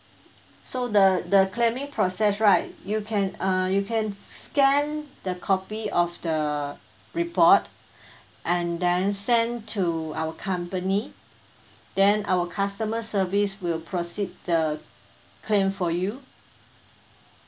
so the the claiming process right you can uh you can scan the copy of the report and then send to our company then our customer service will proceed the claim for you